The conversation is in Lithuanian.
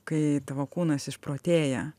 kai tavo kūnas išprotėja